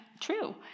true